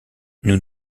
nous